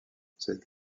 cette